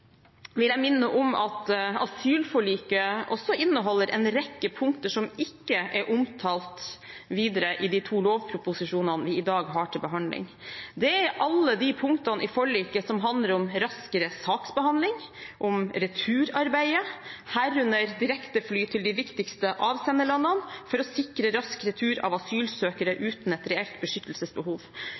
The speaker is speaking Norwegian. vil jeg minne om at asylforliket også inneholder en rekke punkter som ikke er omtalt videre i de to lovproposisjonene vi i dag har til behandling. Det er alle de punktene i forliket som handler om raskere saksbehandling, returarbeidet, herunder direktefly til de viktigste avsenderlandene for å sikre rask retur av asylsøkere uten et reelt beskyttelsesbehov.